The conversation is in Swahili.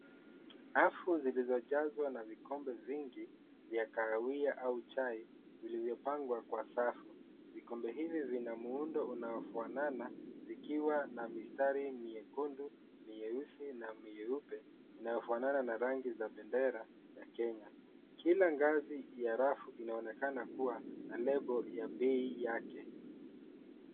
Rafu zilizojazwa na vikombe vingi vya kahawia au chai vilivyopangwa Kwa safu. vikombe hivi vina muundo unaofanana vikiwa na mistari miekundu, meusi na mieupe inayofanana na rangi za bendera ya Kenya. Kila ngazi ya rafu inaonekana kuwa na lebo ya bei yake.